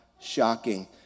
shocking